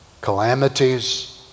Calamities